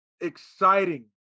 exciting